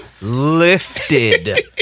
lifted